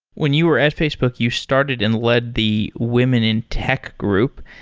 when you were at facebook, you started and led the women in tech group.